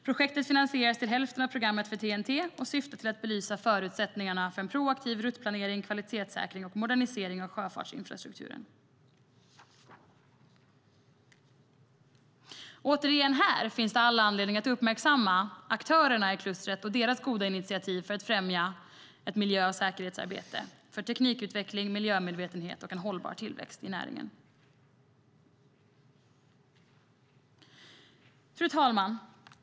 Projektet finansieras till hälften av programmet för TEN-T och syftar till att belysa förutsättningarna för en proaktiv ruttplanering, kvalitetssäkring och modernisering av sjöfartsinfrastrukturen. Återigen - här finns det all anledning att uppmärksamma aktörerna i klustret och deras goda initiativ för att främja ett miljö och säkerhetsarbete, för teknikutveckling, miljömedvetenhet och en hållbar tillväxt i näringen. Fru talman!